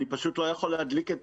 אבל אני לא יכול להדליק את